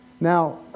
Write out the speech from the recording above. Now